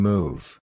Move